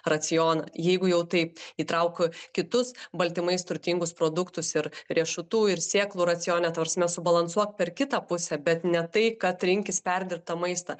racioną jeigu jau taip įtrauk kitus baltymais turtingus produktus ir riešutų ir sėklų racione ta prasme subalansuot per kitą pusę bet ne tai kad rinktis perdirbtą maistą